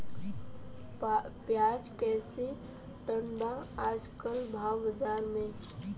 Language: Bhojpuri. प्याज कइसे टन बा आज कल भाव बाज़ार मे?